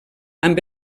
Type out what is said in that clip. amb